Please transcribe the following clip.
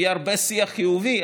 יהיה הרבה שיח חיובי,